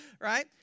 Right